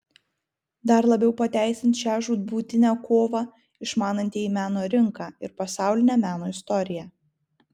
dar labiau pateisins šią žūtbūtinę kovą išmanantieji meno rinką ir pasaulinę meno istoriją